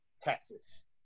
Texas